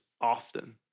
often